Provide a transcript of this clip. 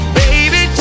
baby